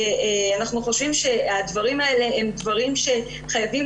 ואנחנו חושבים שהדברים האלה הם דברים שחייבים